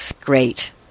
Great